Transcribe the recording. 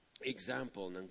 example